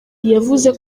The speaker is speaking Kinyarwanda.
yavuze